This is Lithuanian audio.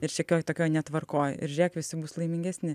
ir šiokioj tokioj netvarkoj ir žėk visi bus laimingesni